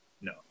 no